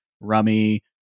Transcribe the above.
Rummy